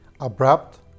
abrupt